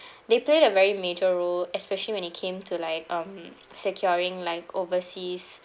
they played a very major role especially when it came to like um securing like overseas